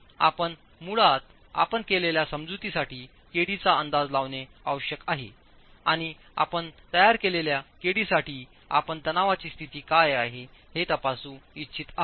तर आपण मुळात आपण केलेल्यासमजुतींसाठी kd चाअंदाज लावणे आवश्यक आहेआणि आपण तयार केलेल्याkd साठीआपणतणावाचीस्थिती काय आहे हे तपासू इच्छित आहात